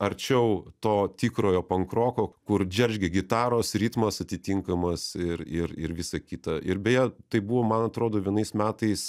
arčiau to tikrojo pankroko kur džeržgia gitaros ritmas atitinkamas ir ir ir visa kita ir beje tai buvo man atrodo vienais metais